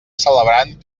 celebrant